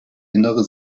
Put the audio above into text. innere